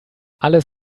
alles